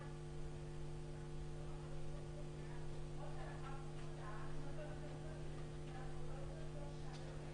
הצבעה בעד רוב התקנות אושרו.